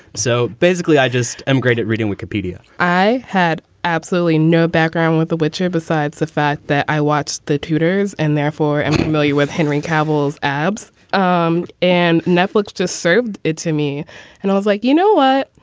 so basically i just am great at reading wikipedia i had absolutely no background with the whichare besides the fact that i watched the tudors and therefore i'm familiar with henry campbell's abs um and netflix just served it to me and i was like, you know what?